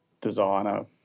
designer